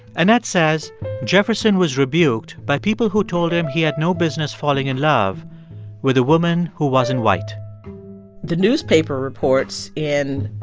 annette says jefferson was rebuked by people who told him he had no business falling in love with a woman who wasn't white newspaper reports in,